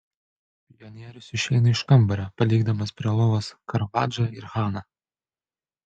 pionierius išeina iš kambario palikdamas prie lovos karavadžą ir haną